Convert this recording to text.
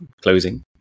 Closing